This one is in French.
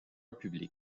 public